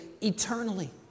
eternally